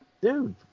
dude